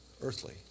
earthly